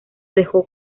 dejó